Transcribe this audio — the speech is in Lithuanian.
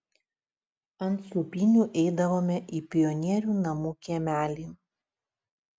ant sūpynių eidavome į pionierių namų kiemelį